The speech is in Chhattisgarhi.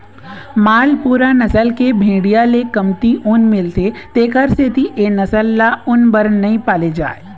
मालपूरा नसल के भेड़िया ले कमती ऊन मिलथे तेखर सेती ए नसल ल ऊन बर नइ पाले जाए